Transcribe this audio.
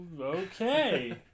okay